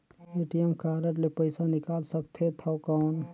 ATM card ले पइसा निकाल सकथे थव कौन?